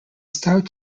stout